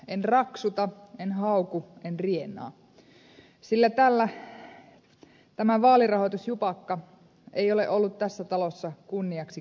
en raksuta en hauku en rienaa sillä tämä vaalirahoitusjupakka ei ole ollut tässä talossa kunniaksi kenellekään